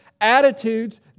attitudes